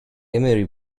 emery